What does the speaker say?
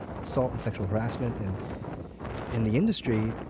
assault and sexual harassment and in the industry,